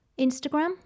instagram